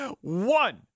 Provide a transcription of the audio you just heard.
One